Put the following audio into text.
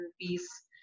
piece